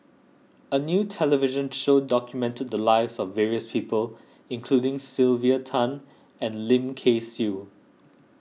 a new television show documented the lives of various people including Sylvia Tan and Lim Kay Siu